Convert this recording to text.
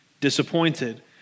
Disappointed